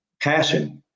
passion